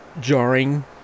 jarring